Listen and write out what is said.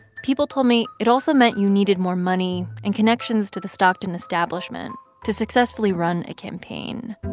people told me it also meant you needed more money and connections to the stockton establishment to successfully run a campaign